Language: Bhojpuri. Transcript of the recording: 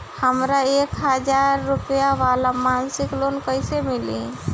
हमरा एक हज़ार रुपया वाला मासिक लोन कईसे मिली?